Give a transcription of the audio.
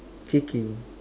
kicking